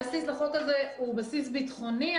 הבסיס לחוק הזה הוא בסיס ביטחוני.